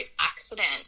accident